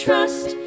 Trust